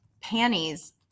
panties